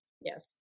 Yes